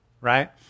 right